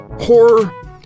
horror